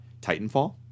Titanfall